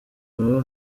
baba